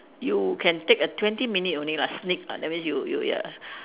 you can take a twenty minute only lah sneak ah that you means you you ya